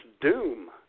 Doom